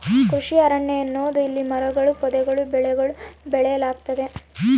ಕೃಷಿ ಅರಣ್ಯ ಎನ್ನುವುದು ಇಲ್ಲಿ ಮರಗಳೂ ಪೊದೆಗಳೂ ಬೆಳೆಗಳೂ ಬೆಳೆಯಲಾಗ್ತತೆ